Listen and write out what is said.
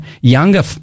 younger